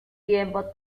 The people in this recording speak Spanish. tiempo